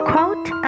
Quote